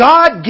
God